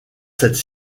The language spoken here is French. cette